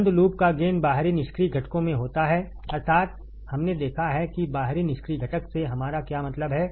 बंद लूप का गेन बाहरी निष्क्रिय घटकों में होता है अर्थात हमने देखा है कि बाहरी निष्क्रिय घटक से हमारा क्या मतलब है